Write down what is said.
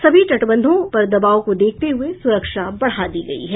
सभी तटबंधों पर दबाव को देखते हुए सुरक्षा बढ़ा दी गयी है